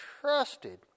trusted